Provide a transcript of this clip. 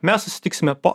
mes susitiksime po